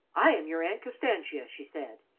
i am your aunt constantia, she said,